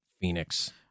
phoenix